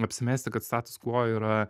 apsimesti kad status quo yra